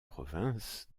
province